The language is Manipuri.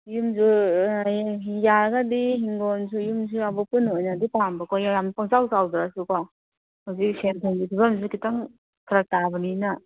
ꯌꯨꯝꯁꯨ ꯌꯥꯔꯒꯗꯤ ꯏꯪꯈꯣꯜꯁꯨ ꯌꯨꯝꯁꯨ ꯌꯥꯎꯕ ꯄꯨꯟꯅ ꯑꯣꯏꯅꯗꯤ ꯄꯥꯝꯕꯀꯣ ꯌꯥꯝ ꯄꯪꯆꯥꯎ ꯆꯥꯎꯗ꯭ꯔꯁꯨꯀꯣ ꯍꯧꯖꯤꯛ ꯁꯦꯟ ꯊꯨꯝꯒꯤ ꯐꯤꯕꯝꯁꯨ ꯈꯤꯇꯪ ꯐꯔꯛ ꯇꯥꯕꯅꯤꯅ